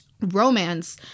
romance